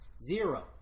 zero